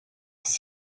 for